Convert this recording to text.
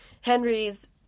Henry's